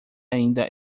ainda